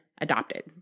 adopted